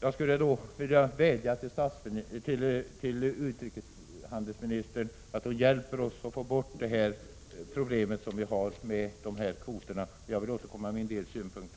Jag skulle vilja vädja till utrikeshandelsministern att hon hjälper oss att få bort problemet med dessa kvoter. Jag vill återkomma med en del synpunkter